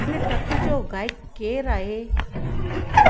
हिन टक जो गाइकु केरु आहे